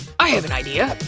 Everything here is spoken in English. i have an idea!